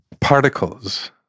particles